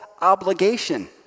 obligation